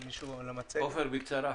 בקצרה.